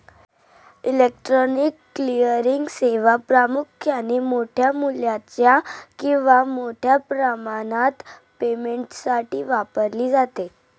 electronic clearing सेवा प्रामुख्याने मोठ्या मूल्याच्या किंवा मोठ्या प्रमाणात पेमेंटसाठी वापरली जाते